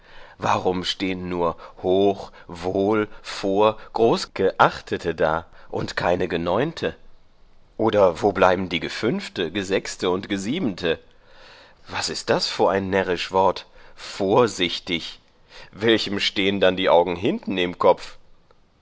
warum stehen nur hoch wohl vor großgeachte da und keine geneunte oder wo bleiben die gefünfte gesechste und gesiebende was ist das vor ein närrisch wort vorsichtig welchem stehen dann die augen hinten im kopf